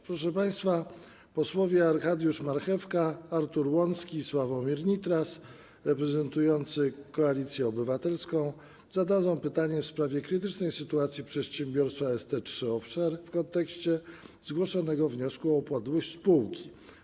Proszę państwa, posłowie Arkadiusz Marchewka, Artur Łącki i Sławomir Nitras, reprezentujący Koalicję Obywatelską, zadadzą pytanie w sprawie krytycznej sytuacji przedsiębiorstwa ST3 Offshore w kontekście zgłoszonego wniosku o upadłość spółki.